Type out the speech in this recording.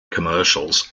commercials